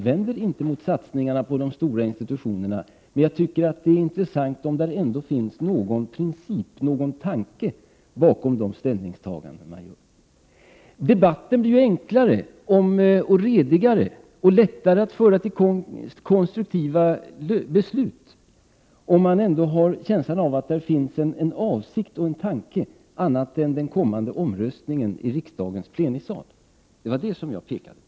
Jag invänder inte mot satsningarna på de stora institutionerna, men jag tycker att det är intressant om det ändå finns någon princip, någon tanke bakom de ställningstaganden man gör. Debatten blir enklare och redigare och lättare att föra till konstruktiva beslut, om man har känslan av att det finns en avsikt och en tanke, annat än den kommande omröstningen i riksdagens plenisal. Det var detta som jag pekade på.